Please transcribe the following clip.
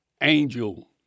angel